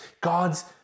God's